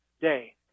day